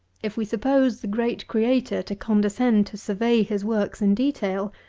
if we suppose the great creator to condescend to survey his works in detail,